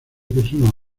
personas